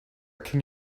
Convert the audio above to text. can